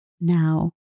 now